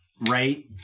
Right